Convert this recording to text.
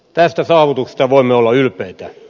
tästä saavutuksesta voimme olla ylpeitä